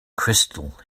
crystal